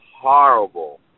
horrible